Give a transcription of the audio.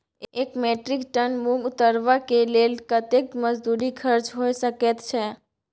एक metric ton मूंग उतरबा के लेल कतेक मजदूरी खर्च होय सकेत छै?